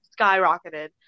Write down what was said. skyrocketed